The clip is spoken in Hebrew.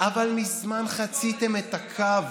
אבל מזמן חציתם את הקו.